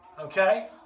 okay